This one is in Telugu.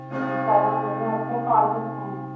సరే అండి మేము వచ్చాక కాల్ చేస్తాను